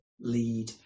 lead